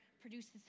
produces